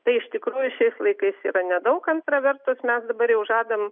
tai iš tikrųjų šiais laikais yra nedaug antra vertus mes dabar jau žadam